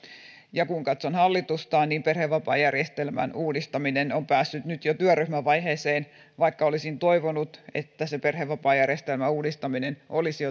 ja kun katson hallitusta niin perhevapaajärjestelmän uudistaminen on päässyt nyt jo työryhmävaiheeseen vaikka olisin toivonut että perhevapaajärjestelmän uudistaminen olisi